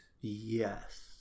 Yes